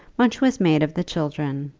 much was made of the children,